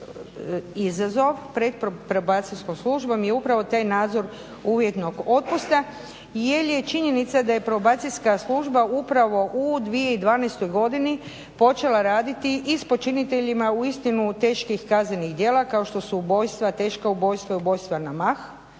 izazov pred Probacijskom službom je upravo taj nadzor uvjetnog otpusta jer je činjenica da je Probacijska služba upravo u 2012. godini počela raditi i s počiniteljima uistinu teških kaznenih djela, kao što su ubojstva, teška ubojstva i ubojstva na mah.